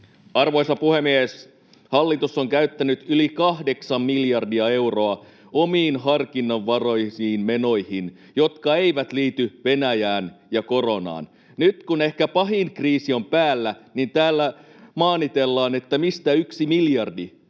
Arvoisa puhemies! Hallitus on käyttänyt yli kahdeksan miljardia euroa omiin harkinnanvaraisiin menoihinsa, jotka eivät liity Venäjään ja koronaan. Nyt, kun ehkä pahin kriisi on päällä, täällä maanitellaan, että mistä yksi miljardi